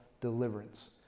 deliverance